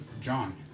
John